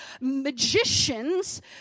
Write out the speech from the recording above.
magicians